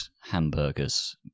hamburgers